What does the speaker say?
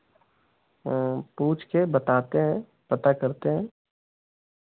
पूछ के बताते हैं पता करते हैं